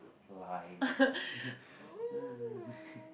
lies